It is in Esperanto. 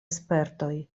spertoj